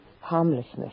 harmlessness